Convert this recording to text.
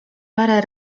parę